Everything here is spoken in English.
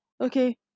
Okay